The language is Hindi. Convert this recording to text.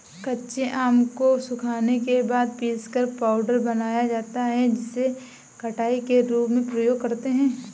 कच्चे आम को सुखाने के बाद पीसकर पाउडर बनाया जाता है जिसे खटाई के रूप में प्रयोग करते है